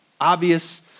obvious